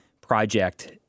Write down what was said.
project